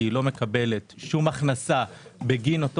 כי היא לא מקבלת שום הכנסה בגין אותו